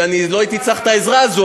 ואני לא הייתי צריך את העזרה הזו,